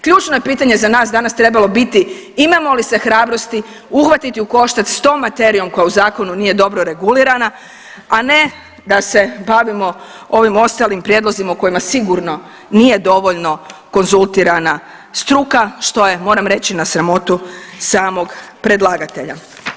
Ključno je pitanje za nas danas trebalo biti imamo li se hrabrosti uhvatiti u koštac s tom materijom koja u zakonu nije dobro regulirana, a ne da se bavimo ovim ostalim prijedlozima u kojima sigurno nije dovoljno konzultirana struka, što je, moram reći, na sramotu samog predlagatelja.